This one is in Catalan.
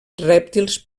rèptils